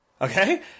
Okay